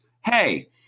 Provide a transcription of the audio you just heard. hey